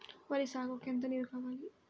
వరి సాగుకు ఎంత నీరు కావాలి?